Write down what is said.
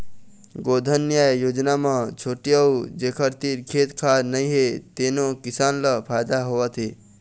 गोधन न्याय योजना म छोटे अउ जेखर तीर खेत खार नइ हे तेनो किसान ल फायदा होवत हे